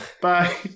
Bye